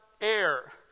air